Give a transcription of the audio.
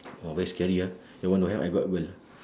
!wah! very scary ah your one don't have I got girl